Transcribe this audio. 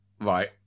Right